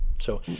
so,